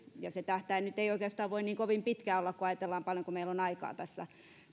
ja se tähtäin nyt ei oikeastaan voi niin kovin pitkä olla kun ajatellaan paljonko meillä on aikaa tässä